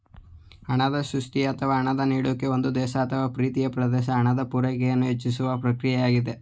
ಹಣದ ಸೃಷ್ಟಿಯ ಅಥವಾ ಹಣ ನೀಡುವಿಕೆ ಒಂದು ದೇಶದ ಅಥವಾ ಪ್ರೀತಿಯ ಪ್ರದೇಶದ ಹಣದ ಪೂರೈಕೆಯನ್ನು ಹೆಚ್ಚಿಸುವ ಪ್ರಕ್ರಿಯೆಯಾಗಿದೆ